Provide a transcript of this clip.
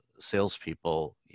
salespeople